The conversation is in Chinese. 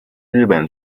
日本